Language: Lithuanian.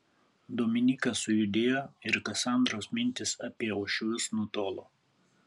dominykas sujudėjo ir kasandros mintys apie uošvius nutolo